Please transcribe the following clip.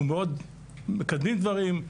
אנחנו מאוד מקדמים דברים.